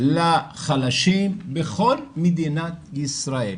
לחלשים בכל מדינת ישראל.